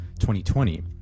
2020